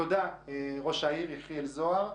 תודה, ראש העיר יחיאל זוהר.